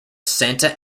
santa